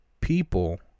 people